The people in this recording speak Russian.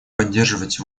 поддерживать